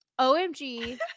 omg